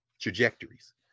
trajectories